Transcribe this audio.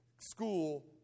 school